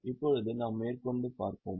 இப்போது நாம் மேற்கொண்டு பார்ப்போம்